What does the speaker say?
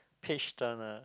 page turner